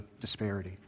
disparity